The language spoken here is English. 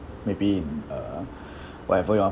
maybe in uh whatever you want